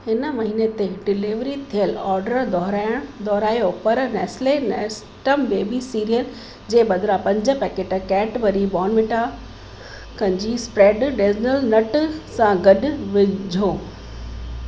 हिन महीने ते डिलीवरी थियल ऑडर दोहिराइण दोहिरायो पर नेस्ले नेस्टम बेबी सीरियल जे बदिरां पंज packet Cadbury Bournvita crunchy spread hazelnut सां गॾु विझो